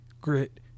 grit